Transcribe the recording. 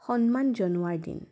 সন্মান জনোৱাৰ দিন